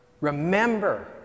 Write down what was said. Remember